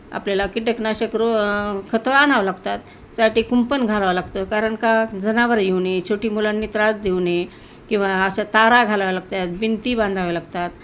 आपल्याला कीटकनाशक रो खतं आणावं लागतात त्यासाठी कुंपण घालावं लागतं कारण का जनावर येऊ नये छोटी मुलांनी त्रास देऊ नये किंवा अशा तारा घालावे लागतात भिंती बांधाव्या लागतात